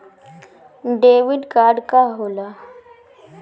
Debit card का होला?